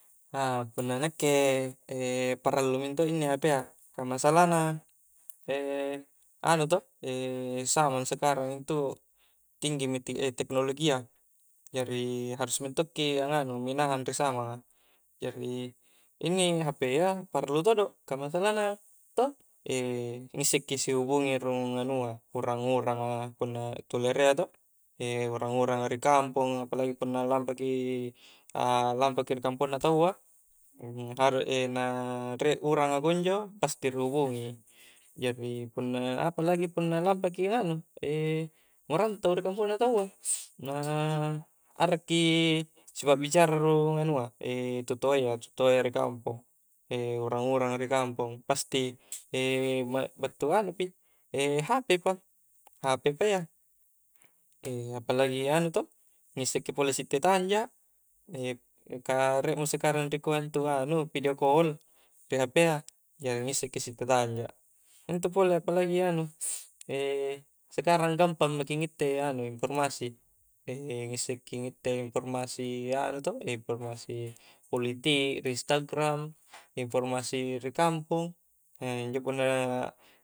punna nakke parallu mento inni hp a ka masalah na anu to zaman sekarang intu tinggi mi teknologi a jari harus mentongki angnganu minahang ri zamanga jari inni hp a parallu todo ka masalah na to ngisse ki sihubungi rung anua urang-uranga punnaa tu lerea to urang-uranga ri kampong apalagi puna lampaki lampi ki ri kampongna taua na are na riek uranga kunjo pasti ri hubungi i jari punna apalagi punna lampaki anu merantau ri kampongna taua na arakki sipakbicara rung anua tutoayya-tutoayya ri kampong urang-uranga ri kampong pasti battu anu pi hp pa-hp pa iya apalagi anu to ngisekki pole sitte tanja ka riek mo sekarang rikua intu anu vidio call ri hp a jari ngisseki sitte tanja intu pole apalagi anu sekarang gampang maki ngitte anu informasi ngisseki ngitte informasi anu to informasi politik ri instagram informasi ri kampong injo punna